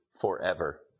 forever